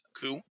coup